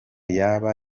yaba